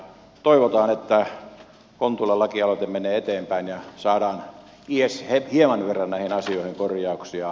toivotaan että kontulan lakialoite menee eteenpäin ja saadaan edes hieman verran näihin asioihin korjauksia